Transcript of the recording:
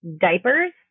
diapers